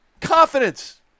confidence